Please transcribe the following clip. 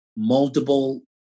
multiple